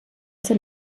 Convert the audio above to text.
sein